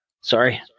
Sorry